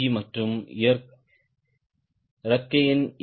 G மற்றும் இறக்கையின் ஏ